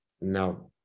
now